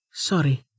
Sorry